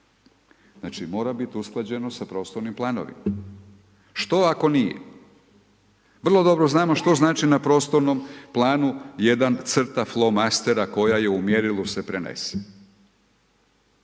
Znači mora biti usklađeno sa prostornim planovima. Što ako nije? Vrlo dobro znamo što znači na prostornom planu jedna crta flomastera koja je u mjerilu se prenese.